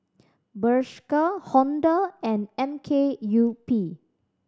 Bershka Honda and M K U P